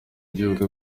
by’ubukwe